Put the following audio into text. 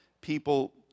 people